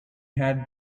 had